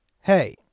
Hey